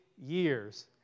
years